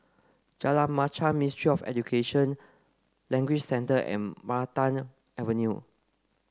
Jalan Machang Ministry of Education Language Centre and Maranta Avenue